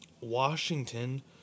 Washington